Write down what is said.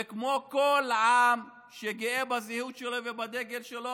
וכמו כל עם שגאה בזהות שלו ובדגל שלו,